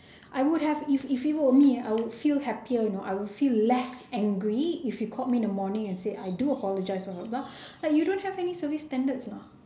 I would have if if he were me I would feel happier you know I will feel less angry if he called me in the morning and said I do apologize blah blah blah like you don't have any service standards lah